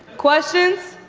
questions?